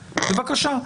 בבקשה.